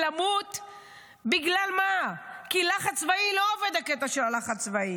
בן אדם בלי לב, ערל לב.